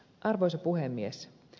arvoisa puhemies